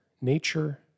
nature